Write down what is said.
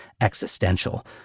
existential